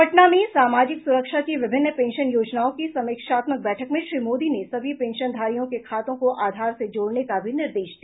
पटना में सामाजिक सुरक्षा की विभिन्न पेंशन योजनाओं की समीक्षात्मक बैठक में श्री मोदी ने सभी पेंशनधारियों के खातों को आधार से जोड़ने का भी निर्देश दिया